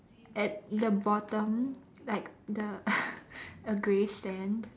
at the bottom like the a grey stand